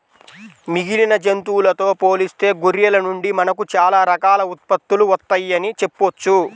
మిగిలిన జంతువులతో పోలిస్తే గొర్రెల నుండి మనకు చాలా రకాల ఉత్పత్తులు వత్తయ్యని చెప్పొచ్చు